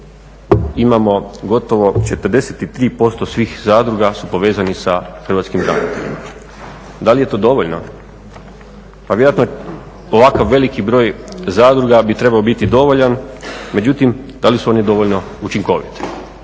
imamo gotovo 43% svih zadruga su povezani sa hrvatskim braniteljima. Da li je to dovoljno? Pa vjerojatno ovakav veliki broj zadruga bi trebao biti dovoljan, međutim da li su one dovoljno učinkovite?